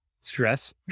Stress